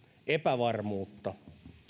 epävarmuutta